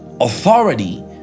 authority